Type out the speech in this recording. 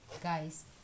guys